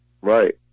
Right